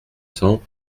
cent